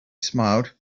smiled